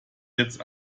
jetzt